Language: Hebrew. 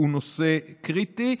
שהוא נושא קריטי.